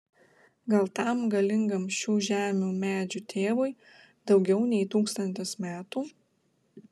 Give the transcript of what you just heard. gal tam galingam šių žemių medžių tėvui daugiau nei tūkstantis metų